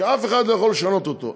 שאף אחד לא יכול לשנות אותו.